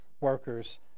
workers